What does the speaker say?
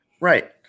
Right